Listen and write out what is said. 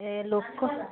ଲୋକ